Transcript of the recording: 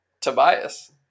Tobias